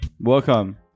welcome